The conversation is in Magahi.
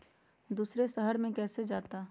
दूसरे शहर मे कैसे जाता?